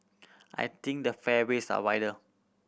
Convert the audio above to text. I think the fairways are wider